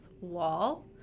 wall